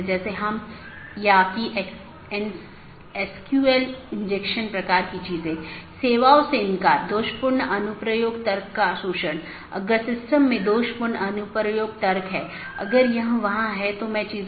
दूसरा अच्छी तरह से ज्ञात विवेकाधीन एट्रिब्यूट है यह विशेषता सभी BGP कार्यान्वयन द्वारा मान्यता प्राप्त होनी चाहिए